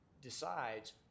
decides